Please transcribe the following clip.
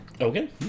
Okay